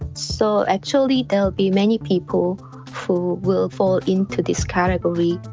so actually there'll be many people who will fall into this category.